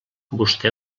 vostè